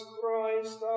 Christ